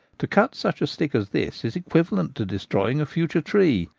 to cut such a stick as this is equivalent to destroying a future tree,